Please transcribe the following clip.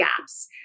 gaps